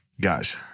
Guys